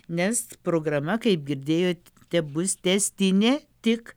nes programa kaip girdėjot tebus tęstinė tik